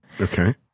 Okay